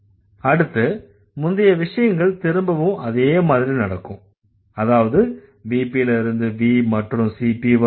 அடுத்து முந்தைய விஷயங்கள் திரும்பவும் அதே மாதிரி நடக்கும் அதாவது VP ல இருந்து V மற்றும் CP வரும்